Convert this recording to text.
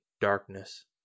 darkness